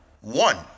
One